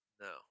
No